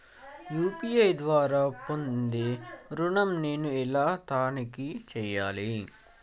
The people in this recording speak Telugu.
యూ.పీ.ఐ ద్వారా పొందే ఋణం నేను ఎలా తనిఖీ చేయాలి?